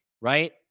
right